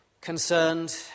concerned